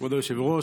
כבוד היושב-ראש,